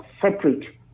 separate